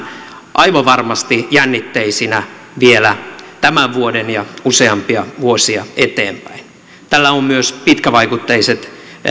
aivan varmasti jännitteisinä vielä tämän vuoden ja useampia vuosia eteenpäin tällä on myös pitkävaikutteiset